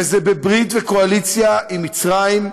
וזה בברית וקואליציה עם מצרים,